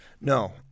No